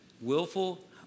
Willful